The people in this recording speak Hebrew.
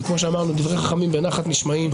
וכמו שאמרנו, דברי חכמים בנחת נשמעים.